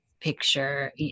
picture